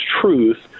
truth